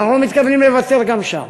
אבל אנחנו לא מתכוונים לוותר גם שם.